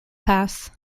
pass